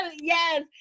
yes